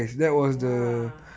ya